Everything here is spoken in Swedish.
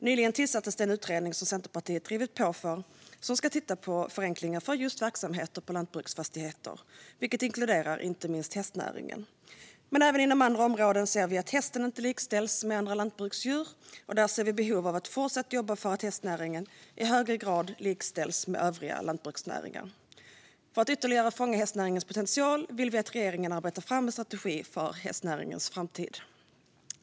Nyligen tillsattes den utredning som Centerpartiet drivit på för som ska titta på förenklingar för just verksamheter på lantbruksfastigheter, vilket inkluderar inte minst hästnäringen. Även inom andra områden ser vi dock att hästen inte likställs med andra lantbruksdjur, och där ser vi ett behov av att fortsätta jobba för att hästnäringen i högre grad ska likställas med övriga lantbruksnäringar. För att ytterligare fånga hästnäringens potential vill vi att regeringen arbetar fram en strategi för hästnäringens framtid.